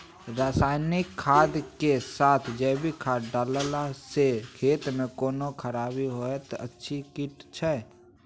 रसायनिक खाद के साथ जैविक खाद डालला सॅ खेत मे कोनो खराबी होयत अछि कीट?